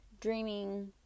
dreaming